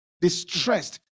distressed